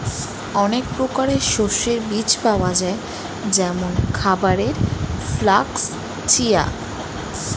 অনেক প্রকারের শস্যের বীজ পাওয়া যায় যেমন খাবারের ফ্লাক্স, চিয়া